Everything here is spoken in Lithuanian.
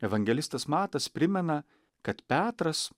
evangelistas matas primena kad petras